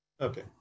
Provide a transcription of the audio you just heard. okay